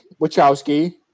Wachowski